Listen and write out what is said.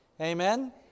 Amen